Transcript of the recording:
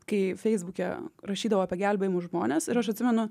kai feisbuke rašydavo apie gelbėjamus žmones ir aš atsimenu